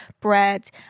bread